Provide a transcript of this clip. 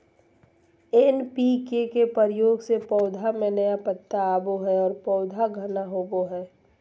NPK के प्रयोग से पौधा में नया पत्ता आवो हइ और पौधा घना होवो हइ